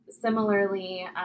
similarly